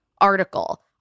Article